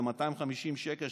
ב-250 שקל.